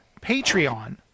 Patreon